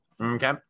Okay